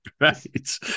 right